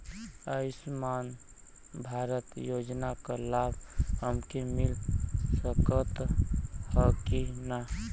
आयुष्मान भारत योजना क लाभ हमके मिल सकत ह कि ना?